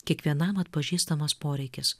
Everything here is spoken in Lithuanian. kiekvienam atpažįstamas poreikis